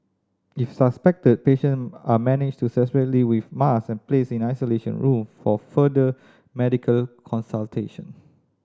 if suspected patient are managed to separately with mask and placed in isolation room for further medical consultation